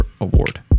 award